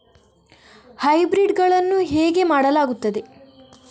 Hybrid ಗಳನ್ನು ಹೇಗೆ ಮಾಡಲಾಗುತ್ತದೆ?